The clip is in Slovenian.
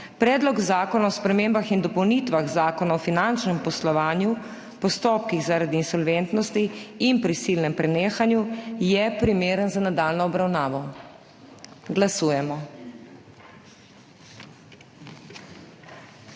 Predlog zakona o spremembah in dopolnitvah Zakona o finančnem poslovanju, postopkih zaradi insolventnosti in prisilnem prenehanju je primeren za nadaljnjo obravnavo. Glasujemo.